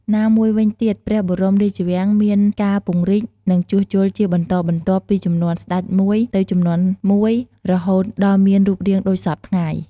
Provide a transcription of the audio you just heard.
ណាមួយវិញទៀតព្រះបរមរាជវាំងមានការពង្រីក និងជួសជុលជាបន្តបន្ទាប់ពីជំនាន់ស្ដេចមួយទៅជំនាន់មួយ រហូតដល់មានរូបរាងដូចសព្វថ្ងៃ។